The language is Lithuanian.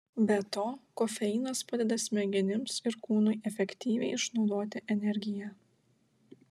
be to kofeinas padeda smegenims ir kūnui efektyviai išnaudoti energiją